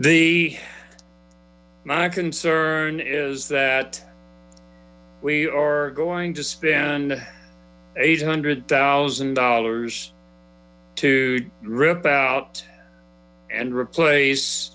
i my concern is that we are going to spend eight hundred thousand dollars to rip out and replace